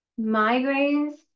migraines